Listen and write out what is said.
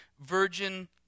virgin